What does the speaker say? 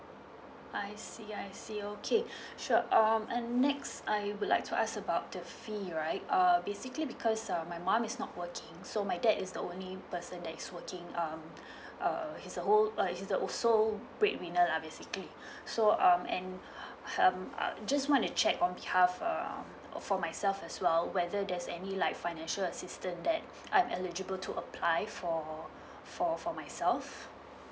I see I see okay sure um and next I would like to ask about the fee right um basically because um my mum is not working so my dad is the only person that is working um uh he's whole uh he is also break winner lah basically so um and um just want to check on behalf uh for myself as well whether there's any like financial assistant that I'm eligible to apply for for for myself